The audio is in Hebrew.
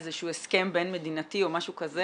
איזשהו הסכם בין-מדינתי או משהו כזה